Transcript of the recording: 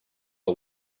are